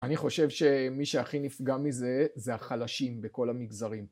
אני חושב שמי שהכי נפגע מזה זה החלשים בכל המגזרים